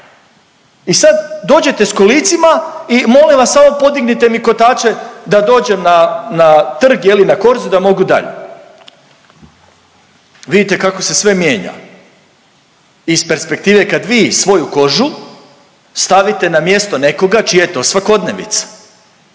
I sad dođete sa kolicima i molim vas samo podignite mi kotače da dođem na trg, na korzo da mogu dalje. Vidite kako se sve mijenja iz perspektive kad vi svoju kožu stavite na mjesto nekoga čija je to svakodnevica.